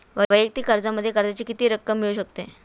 वैयक्तिक कर्जामध्ये कर्जाची किती रक्कम मिळू शकते?